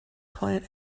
client